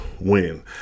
win